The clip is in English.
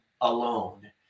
alone